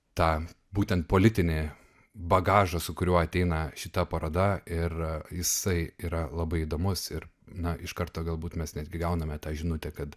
tą būtent politinį bagažą su kuriuo ateina šita paroda ir jisai yra labai įdomus ir na iš karto galbūt mes netgi gauname tą žinutę kad